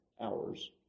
hours